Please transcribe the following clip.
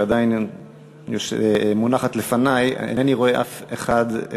שעדיין מונחת לפני, אינני רואה אף אחד.